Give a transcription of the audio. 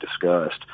discussed